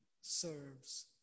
serves